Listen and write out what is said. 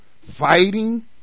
fighting